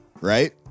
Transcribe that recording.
right